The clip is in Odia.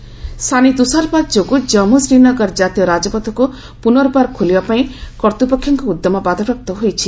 ଜେକେ ହାଇଓେ ସାନି ତୁଷାରପାତ ଯୋଗୁଁ କ୍ରାମ୍ଗୁ ଶ୍ରୀନଗର ଜାତୀୟ ରାଜପଥକୁ ପୁନର୍ବାର ଖୋଲିବା ପାଇଁ କର୍ତ୍ତପକ୍ଷଙ୍କ ଉଦ୍ୟମ ବାଧାପ୍ରାପ୍ଟ ହୋଇଛି